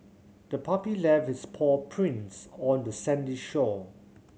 the puppy left its paw prints on the sandy shore